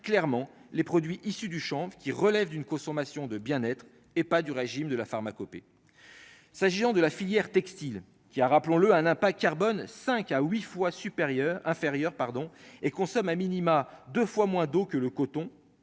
clairement les produits issus du chanvre qui relève d'une consommation de bien-être et pas du régime de la pharmacopée, s'agissant de la filière textile qui a, rappelons-le, un impact carbone 5 à 8 fois supérieur inférieur pardon et consomme à minima, 2 fois moins d'eau que le coton,